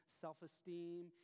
self-esteem